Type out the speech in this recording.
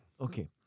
Okay